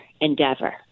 endeavor